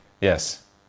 Yes